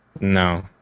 No